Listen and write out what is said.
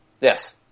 Yes